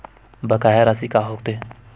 बकाया राशि का होथे?